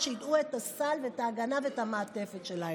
שייקחו את הסל ואת ההגנה ואת המעטפת שלהם.